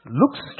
looks